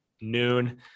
noon